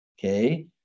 Okay